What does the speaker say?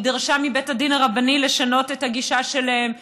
היא דרשה מבית הדין הרבני לשנות את הגישה שלהם.